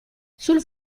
sul